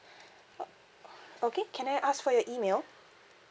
uh okay can I ask for your email